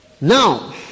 Now